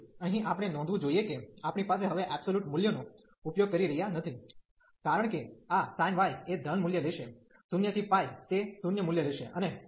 તેથી અહીં આપણે નોંધવું જોઈએ કે આપણી પાસે હવે એબ્સોલ્યુટ મૂલ્યનો ઉપયોગ કરી રહ્યા નથી કારણ કે આ siny એ ધન મુલ્ય લેશે 0 થી તે 0 મુલ્ય લેશે